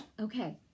Okay